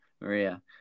Maria